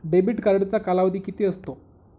Debit कार्डचा कालावधी किती असतो?